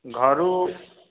ଘରୁ